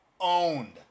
Owned